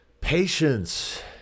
Patience